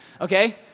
Okay